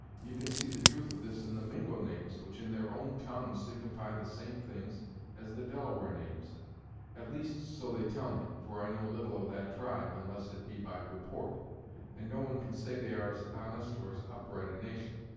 you can see the truth of this in the mingo names, which, in their own tongue, signify the same things as the delaware names at least, so they tell me, for i know little of that tribe, unless it be by report and no one can say they are as honest or as upright a nation.